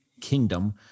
Kingdom